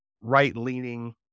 right-leaning